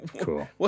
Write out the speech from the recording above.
cool